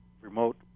remote